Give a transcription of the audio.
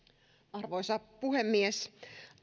arvoisa puhemies